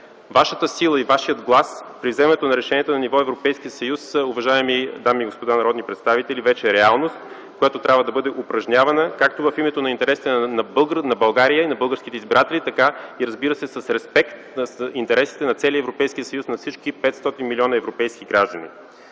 Вашата сила и вашият глас при вземането на решения на ниво Европейски съюз, уважаеми дами и господа народни представители, вече е реалност, която трябва да бъде упражнявана, както в името на интересите на България и на българските избиратели, така и, разбира се, с респект на интересите на целия Европейски съюз, на всички 500 милиона европейски граждани.